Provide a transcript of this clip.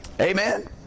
Amen